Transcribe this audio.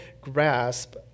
grasp